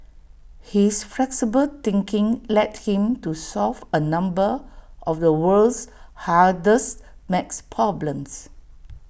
his flexible thinking led him to solve A number of the world's hardest math problems